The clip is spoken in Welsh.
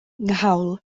nghawl